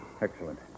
Excellent